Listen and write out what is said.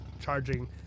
charging